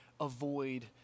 avoid